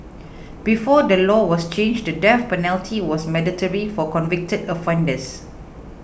before the law was changed the death penalty was mandatory for convicted offenders